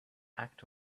act